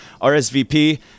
RSVP